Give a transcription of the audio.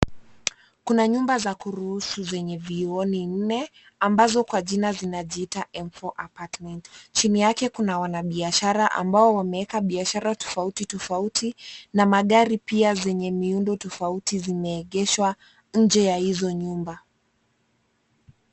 Kuna nyumba za kuruhusu zenye vioo ni nne ambazo kwa jina zinajiita M4 Apartment. Chini yake, kuna wanabiashara ambao wameweka biashara tofauti tofauti, na magari pia zenye miundo tofauti zimeegeshwa nje ya hizo nyumba.